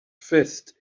fist